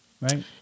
right